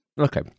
Okay